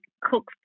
cook